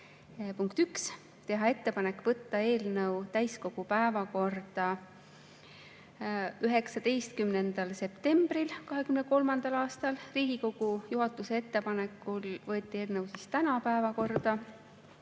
Punkt 1, teha ettepanek võtta eelnõu täiskogu päevakorda 19. septembril 2023. aastal. Riigikogu juhatuse ettepanekul võeti eelnõu tänasesse päevakorda.